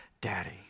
Daddy